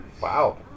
Wow